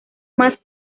más